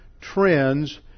trends